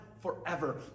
Forever